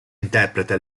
interpreta